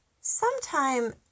Sometime